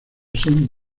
son